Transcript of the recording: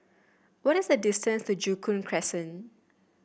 what is the distance to Joo Koon Crescent